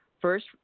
First